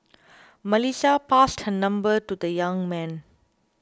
Melissa passed her number to the young man